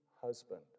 husband